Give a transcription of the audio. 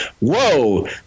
whoa